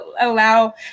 allow